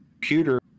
computer